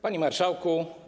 Panie Marszałku!